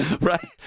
Right